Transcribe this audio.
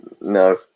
No